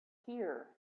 here